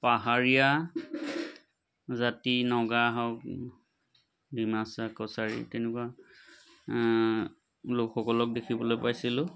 পাহাৰীয়া জাতি নগা হওক ডিমাচা কছাৰী তেনেকুৱা লোকসকলক দেখিবলৈ পাইছিলোঁ